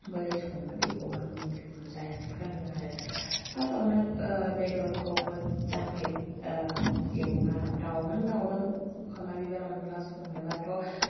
माबोरै सङो बेखौबो आंनि बिखुनजो आइआनो फोरोंदों आरो फासआवनो बेदरखौ मोजांहै एवना दाउनों दाउजों खोमा बिबार अनला संनोबाथ'